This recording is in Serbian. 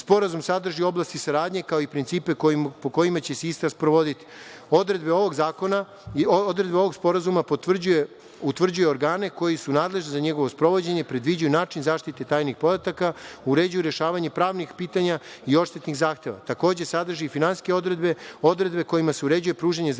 godine. Sporazum sadrži oblasti saradnje, kao i principe po kojima će se ista sprovoditi. Odredba ovog sporazuma utvrđuje organe koji su nadležni za njegovo sprovođenje i predviđaju način zaštite tajnih podataka, uređuju rešavanje pravnih pitanja i odštetnih zahteva. Takođe sadrži i finansijske odredbe kojima se uređuje pružanje zdravstvenih